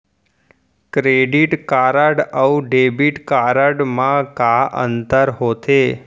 Credit card अऊ debit card मा का अंतर होथे?